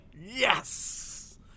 Yes